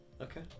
okay